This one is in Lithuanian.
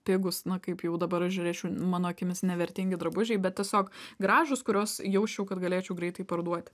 pigūs na kaip jau dabar žiūrėčiau mano akimis nevertingi drabužiai bet tiesiog gražūs kuriuos jausčiau kad galėčiau greitai parduoti